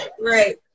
right